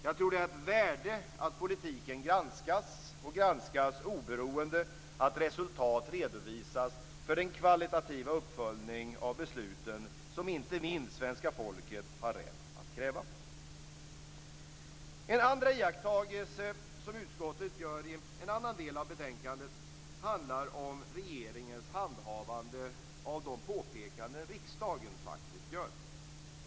Jag tror att det är ett värde i att politiken granskas, och granskas oberoende, och att resultat redovisas för den kvalitativa uppföljning av besluten som inte minst svenska folket har rätt att kräva. En andra iakttagelse som utskottet gör i en annan del av betänkandet handlar om regeringens handhavande av de påpekanden som riksdagen faktiskt gör.